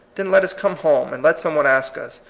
then let us come home, and let some one ask us,